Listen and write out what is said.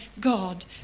God